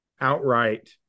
outright